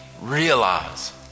realize